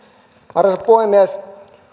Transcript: arvoisa puhemies